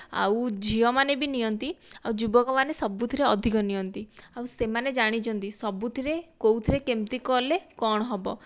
ଆଉ ଝିଅ ମାନେ ବି ନିଅନ୍ତି ଆଉ ଯୁବକ ମାନେ ସବୁଥିରେ ଅଧିକ ନିଅନ୍ତି ଆଉ ସେମାନେ ଜାଣିଛନ୍ତି ସବୁଥିରେ କେଉଁଥିରେ କେମିତି କଲେ କଣ ହେବ